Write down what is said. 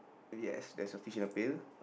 yes there's a fish in the pail